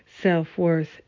self-worth